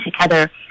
together